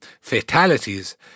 fatalities